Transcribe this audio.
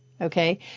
okay